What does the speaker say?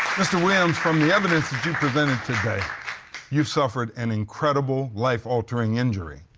mr. williams, from the evidence that you've presented today you've suffered an incredible, life-altering injury.